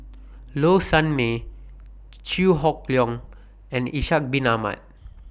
Low Sanmay Chew Hock Leong and Ishak Bin Ahmad